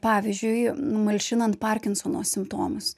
pavyzdžiui malšinant parkinsono simptomus